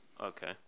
Okay